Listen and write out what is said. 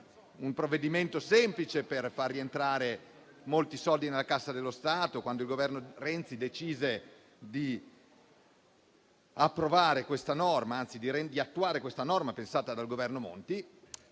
un provvedimento semplice per far rientrare molti soldi nelle casse dello Stato, quando il Governo Renzi decise di attuare questa norma pensata dal Governo Monti.